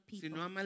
people